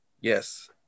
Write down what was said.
Yes